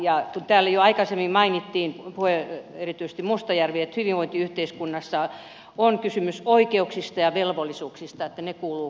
täällä jo aikaisemmin mainittiin erityisesti mustajärvi mainitsi että hyvinvointiyhteiskunnassa on kysymys oikeuksista ja velvollisuuksista että ne kuuluvat kaikille